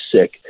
sick